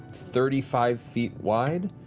thirty five feet wide?